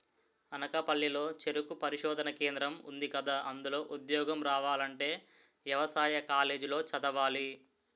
అనకాపల్లి లో చెరుకు పరిశోధనా కేంద్రం ఉందికదా, అందులో ఉద్యోగం రావాలంటే యవసాయ కాలేజీ లో చదవాలి